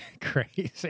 crazy